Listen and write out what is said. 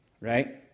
right